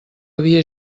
havia